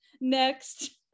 next